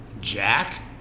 Jack